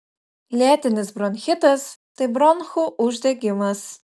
lėtinis bronchitas tai bronchų uždegimas